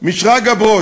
משרגא ברוש,